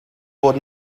fod